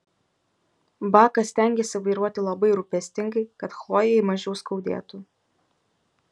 bakas stengėsi vairuoti labai rūpestingai kad chlojei mažiau skaudėtų